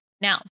Now